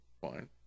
fine